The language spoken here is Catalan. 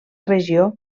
regió